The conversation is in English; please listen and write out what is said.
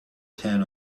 ten